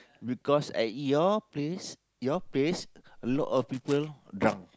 because I eat your place your place a lot of people drunk